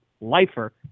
lifer